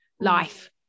life